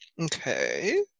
Okay